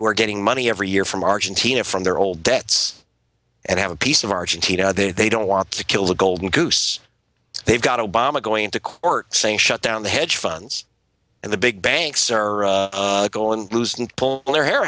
were getting money every year from argentina from their old debts and have a piece of argentina they they don't want to kill the golden goose they've got obama going to court saying shut down the hedge funds and the big banks are go in and pull their hair